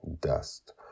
Dust